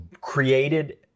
created